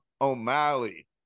O'Malley